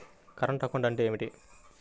Current account అంటే ఏమిటి?